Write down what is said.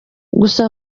gusa